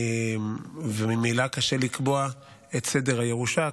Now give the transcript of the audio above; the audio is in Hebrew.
וממילא קשה לקבוע את סדר הירושה,